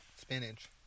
spinach